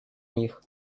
них